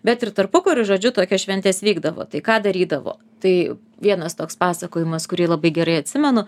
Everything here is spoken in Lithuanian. bet ir tarpukariu žodžiu tokios šventės vykdavo tai ką darydavo tai vienas toks pasakojimas kurį labai gerai atsimenu